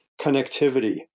connectivity